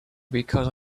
because